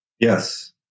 Yes